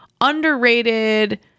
underrated